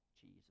Jesus